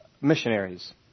missionaries